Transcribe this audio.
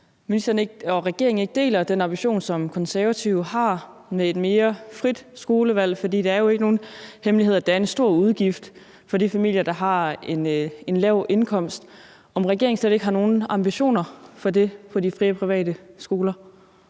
ministeren og regeringen ikke deler den ambition, som Konservative har, om et mere frit skolevalg, for det er jo ikke nogen hemmelighed, at det er en stor udgift for de familier, der har en lav indkomst. Har regeringen slet ikke nogen ambitioner om det for de frie og private skoler.